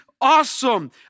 awesome